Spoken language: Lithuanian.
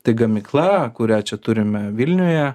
tai gamykla kurią čia turime vilniuje